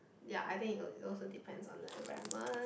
ya I think it also also depends on the environment